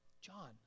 john